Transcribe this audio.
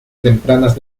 tempranas